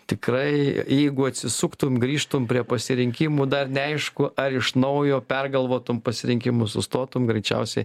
tikrai jeigu atsisuktum grįžtum prie pasirinkimų dar neaišku ar iš naujo pergalvotum pasirinkimus sustotum greičiausiai